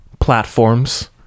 platforms